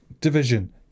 Division